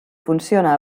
funciona